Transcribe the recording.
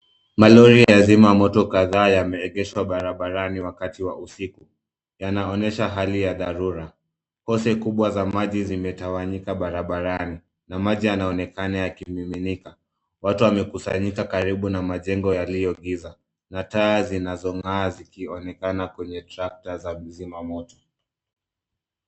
Malori ya zima moto kadhaa yameegeshwa barabarani wakati wa usiku. Yanaonyesha hali ya dharura. Hose kubwa za maji zimetawanyika barabarani, na maji yanaonekana yakimiminika. Watu wamekusanyika karibu na majengo yaliyo giza, mataa zinazong'aa zikionekana kwenye trakta za kuzima moto.